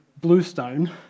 bluestone